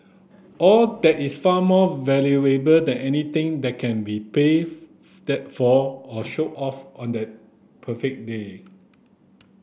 all that is far more valuable than anything that can be paid for or shown off on that perfect day